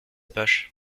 poche